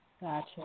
Gotcha